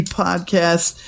podcast